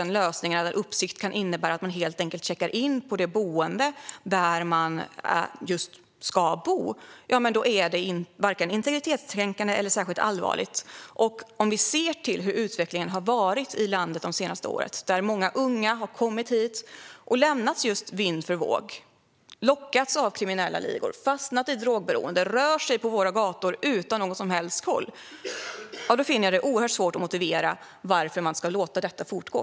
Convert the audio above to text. En lösning där uppsikt kan innebära att man helt enkelt checkar in på sitt boende är varken integritetskränkande eller särskilt allvarlig. När vi ser till hur utvecklingen har varit i landet de senaste åren, där många unga har kommit hit och lämnats just vind för våg, lockats av kriminella ligor, fastnat i drogberoende och rör sig på våra gator utan någon som helst koll, då finner jag det oerhört svårt att motivera varför man ska låta detta fortgå.